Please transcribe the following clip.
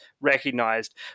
recognized